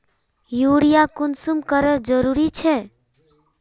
Urea कुंसम करे जरूरी छै?